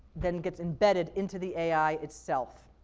then gets embedded into the ai itself.